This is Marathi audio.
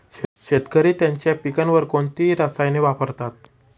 शेतकरी त्यांच्या पिकांवर कोणती रसायने वापरतात?